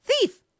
thief